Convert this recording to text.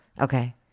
Okay